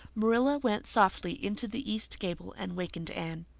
marilla went softly into the east gable and wakened anne.